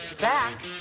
back